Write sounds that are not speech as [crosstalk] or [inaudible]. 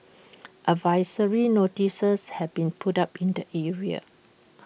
[noise] advisory notices have been put up in the area